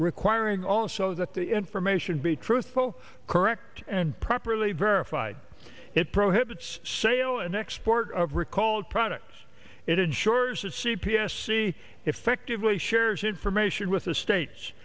requiring also that the information be truthful correct and properly verified it prohibits sale and export of recalled products it ensures that c p s see effectively shares information with the states